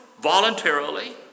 voluntarily